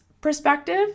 perspective